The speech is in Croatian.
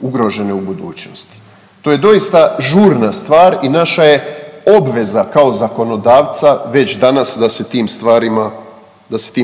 ugrožene u budućnosti. To je doista žurna stvar i naša je obveza kao zakonodavca već danas da se tim